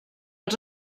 els